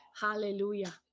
Hallelujah